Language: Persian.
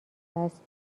است